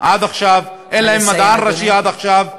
עד עכשיו, אין להם מדען ראשי עד עכשיו.